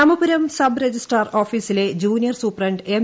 Ramapuram sub registrar ഓഫിസിലെ junior superintendent M